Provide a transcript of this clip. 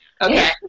Okay